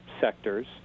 sectors